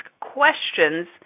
questions